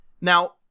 Now